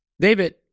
David